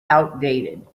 outdated